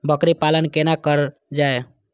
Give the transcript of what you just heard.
बकरी पालन केना कर जाय?